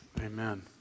Amen